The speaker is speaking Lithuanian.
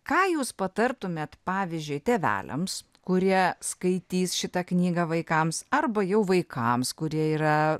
ką jūs patartumėt pavyzdžiui tėveliams kurie skaitys šitą knygą vaikams arba jau vaikams kurie yra